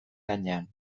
gainean